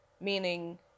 Meaning